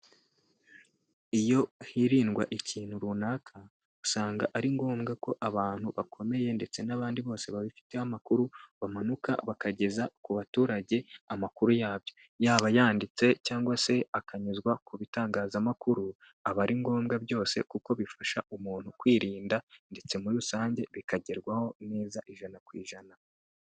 Iyo hirindwa ikintu runaka, usanga ari ngombwa ko abantu bakomeye ndetse n'abandi bose babifiteho amakuru, bamanuka bakageza ku baturage amakuru yabyo. Yaba yanditse, cyangwa se akanyuzwa ku bitangazamakuru, aba ari ngombwa byose, kuko bifasha umuntu kwirinda, ndetse muri rusange bikagerwaho neza ijana ku ijana.